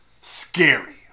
Scary